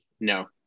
no